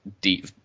deep